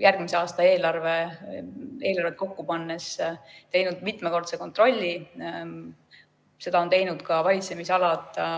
järgmise aasta eelarvet kokku pannes teinud mitmekordse kontrolli. Seda on teinud ka valitsemisalad ise